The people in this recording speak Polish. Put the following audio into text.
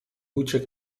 uciekł